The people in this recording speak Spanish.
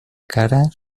kara